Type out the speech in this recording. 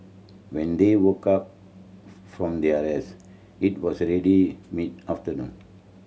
when they woke up from their rest it was already mid afternoon